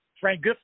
Frank